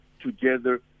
together